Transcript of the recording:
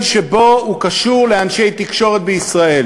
שבו הוא קשור לאנשי תקשורת בישראל,